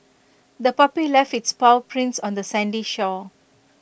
the puppy left its paw prints on the sandy shore